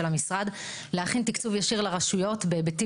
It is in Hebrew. המשרד להכין תקצוב ישיר לרשויות בהיבטים